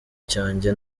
cyanjye